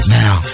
now